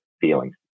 feelings